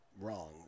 wrong